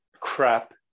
crap